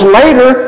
later